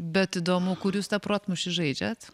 bet įdomu kur jūs tą protmūšį žaidžiat